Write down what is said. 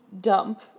dump